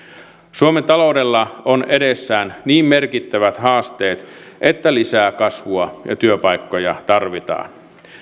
suomen taloudella on edessään niin merkittävät haasteet että lisää kasvua ja työpaikkoja tarvitaan